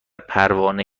پروانه